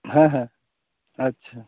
ᱦᱮᱸ ᱦᱮᱸ ᱟᱪᱪᱷᱟ